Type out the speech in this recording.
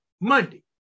Monday